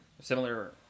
similar